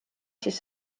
siis